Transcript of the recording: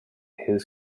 his